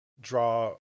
draw